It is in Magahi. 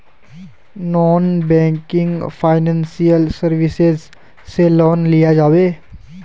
नॉन बैंकिंग फाइनेंशियल सर्विसेज से लोन लिया जाबे?